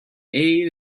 aid